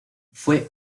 fue